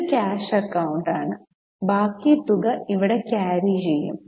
ഇത് ക്യാഷ് അക്കൌണ്ടാണ് ബാക്കി തുക ഇവിടെ ക്യാരി ചെയ്യും